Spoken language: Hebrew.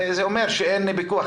זה אומר שאין פיקוח.